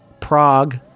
Prague